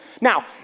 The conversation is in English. Now